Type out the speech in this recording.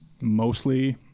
mostly